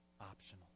optional